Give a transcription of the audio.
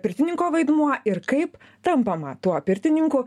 pirtininko vaidmuo ir kaip tampama tuo pirtininku